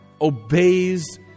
obeys